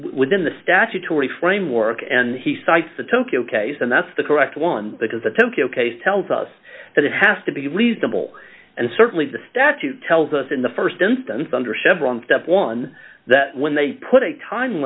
within the statutory framework and he cites the tokyo case and that's the correct one because the tempo case tells us that it has to be reasonable and certainly the statute tells us in the st instance under chevron step one that when they put a time